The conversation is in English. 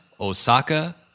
Osaka